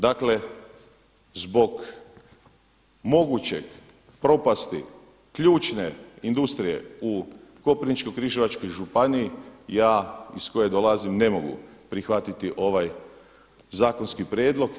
Dakle, zbog moguće propasti ključne industrije u Koprivničko-križevačkoj županiji ja iz koje dolazim ne mogu prihvatiti ovaj zakonski prijedlog.